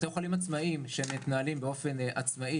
בתי חולים עצמאיים שמתנהלים באופן עצמאי